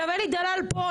עכשיו אלי דלל פה,